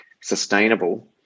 sustainable